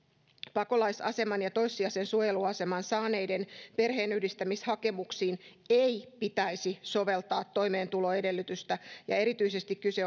pakolaisaseman ja toissijaisen suojeluaseman saaneiden perheenyhdistämishakemuksiin ei pitäisi soveltaa toimeentuloedellytystä ja erityisesti näin